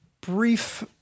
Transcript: brief